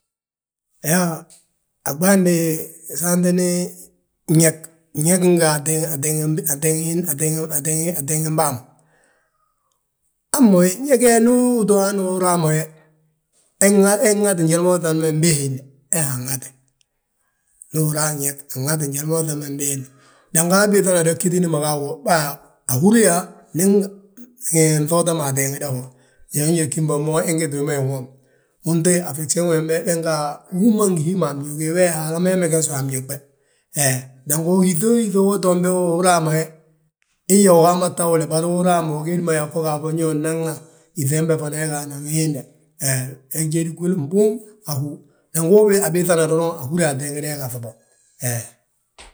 Iyoo, aɓaande saantini gñég, gñég ngi ateeng-ateeng-ateeng-ateeng-ateenginbàa man hamma wi ñég ndu uto hanu uraama. He nŋate njalo ubiiŧa be mbii hiinde, he ha anŋate ndu unraa gñég anŋate njali ma ubiiŧa be mbii hiindi ma. Dango abiiŧana mo ggítini ma ga a hú baawo, ahúri yaa ndi nŧoota mo ateengida ho, njalo njali gimbo ingiti wima inwomi. Untéy afegsiyon wembe we ga hú ma ngi hí ma a mñuugi we Haala ma wi megesi wi a mñuug be. He dango yíŧoo yíŧi we toon be uraama we ii yyaa ugama tawule, bari uraama ugédima yaa go gaafo ño nnaŋna. Yíŧi hembe fana he ga anaŋ hiinde he. He njédi gwili gbúŋ a hú, ndango abiiŧana anhúri yaa ateegda hi gaŧu bo he.